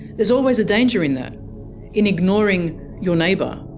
there's always a danger in that in ignoring your neighbour,